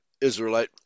Israelite